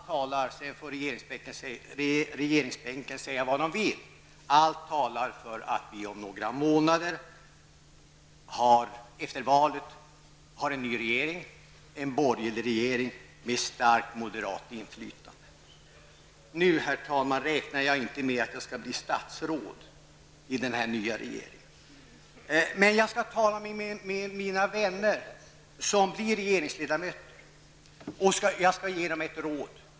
På regeringsbänken får ni säga vad ni vill, men allt talar för att vi om några månader, efter valet, har en ny borgerlig regering med starkt moderat inflytande. Nu räknar jag inte, herr talman, med att bli statsråd i den nya regeringen. Men jag skall tala med mina vänner som blir regeringsledamöter och ge dem ett råd.